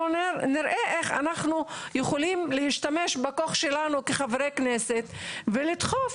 נראה איך אנחנו יכולים להשתמש בכוח שלנו כחברי כנסת ולדחוף,